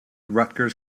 rutgers